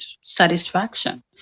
satisfaction